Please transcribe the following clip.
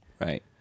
right